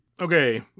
Okay